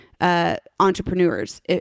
entrepreneurs